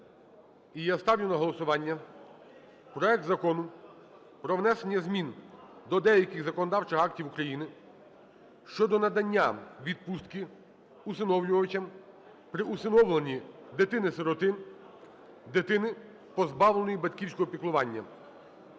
я ставлю на голосування проект Закону про внесення змін до деяких законодавчих актів України щодо надання відпустки усиновлювачам при усиновленні дитини-сироти, дитини, позбавленої батьківського піклування